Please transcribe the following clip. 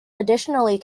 additionally